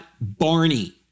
Barney